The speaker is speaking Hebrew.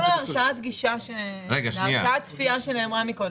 הרשאת הצפייה שנאמרה קודם,